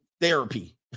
therapy